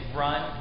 run